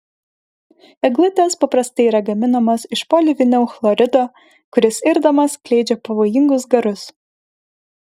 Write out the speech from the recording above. eglutės paprastai yra gaminamos iš polivinilchlorido kuris irdamas skleidžia pavojingus garus